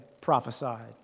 prophesied